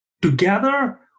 Together